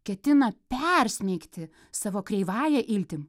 ketina persmeigti savo kreivąja iltim